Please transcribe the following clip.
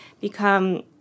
become